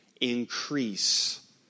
increase